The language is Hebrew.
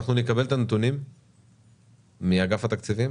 אנחנו נקבל את הנתונים מאגף התקציבים